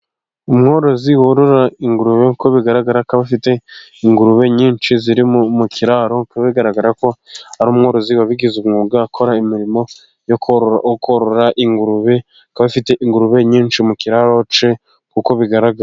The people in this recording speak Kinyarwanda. Umworozi worora ingurube, nk'uko bigaragara ko afite ingurube nyinshi ziri mu kiraro, bikaba bigaragara ko ari umworozi wabigize umwuga, akora imirimo yo korora ingurube, ko afite ingurube nyinshi mu kiraro cye nk'uko bigaragara.